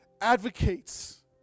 advocates